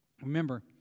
Remember